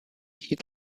heat